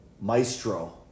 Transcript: maestro